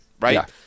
right